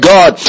God